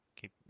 keep